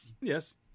Yes